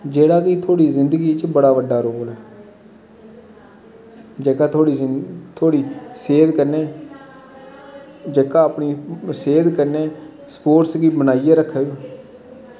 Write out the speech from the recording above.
जेह्ड़ा ऐ कि साढ़ी जिन्दगी च बड़ा बड्डा रोल ऐ जेह्का थोआड़ी सेह्त कन्नै जेह्का अपनी सेह्त कन्नै स्पोर्टस गी बनाईयै रक्खग